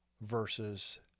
versus